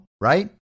right